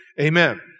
Amen